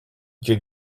you